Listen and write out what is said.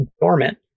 dormant